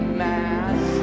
mass